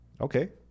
okay